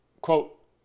Quote